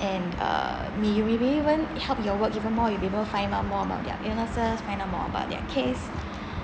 and uh may you may be even help your work even more you will be able fine out more about their illnesses find out more about their case